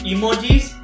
Emojis